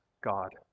God